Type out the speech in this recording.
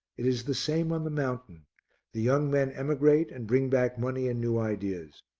is the same on the mountain the young men emigrate and bring back money and new ideas.